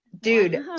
Dude